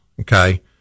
Okay